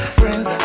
friends